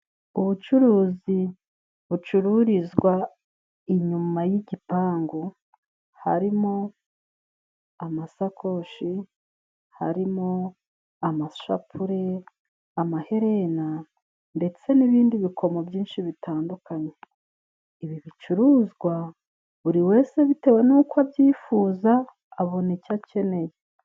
Ubucuruzi bucururizwa inyuma y'igipangu harimo: amasakoshi, harimo amashapure, amaherena ndetse n'ibindi bikomo byinshi bitandukanye. Ibi bicuruzwa buri wese bitewe nuko abyifuza abona icyo akeneye.